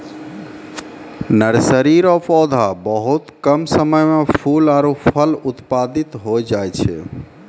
nursery रो पौधा बहुत कम समय मे फूल आरु फल उत्पादित होय जाय छै